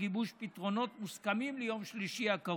גיבוש פתרונות מוסכמים ליום שלישי הקרוב.